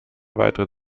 weitere